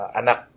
anak